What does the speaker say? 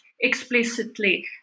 explicitly